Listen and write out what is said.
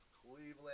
cleveland